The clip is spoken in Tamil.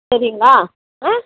சரிங்களா ஆ